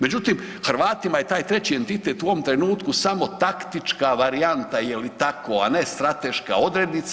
Međutim, Hrvatima je taj treći entitet u ovom trenutku samo taktička varijanta je li tako, a ne strateška odrednica.